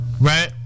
Right